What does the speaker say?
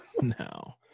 no